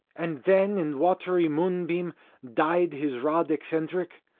and then in watery moonbeam dyed his rod eccentric.